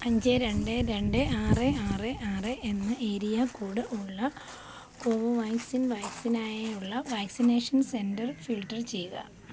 അഞ്ച് രണ്ട് രണ്ട് ആറ് ആറ് ആറ് ഏരിയ കോഡ് ഉള്ള കോവോവാക്സ് വാക്സിനിനായുള്ള വാക്സിനേഷൻ സെന്റർ ഫിൽട്ടർ ചെയ്യുക